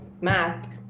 math